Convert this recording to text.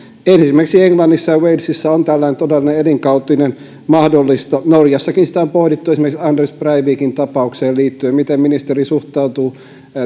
esimerkiksi englannissa ja walesissa on tällainen todellinen elinkautinen mahdollista norjassakin sitä on pohdittu esimerkiksi anders breivikin tapaukseen liittyen miten ministeri suhtautuu